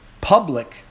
public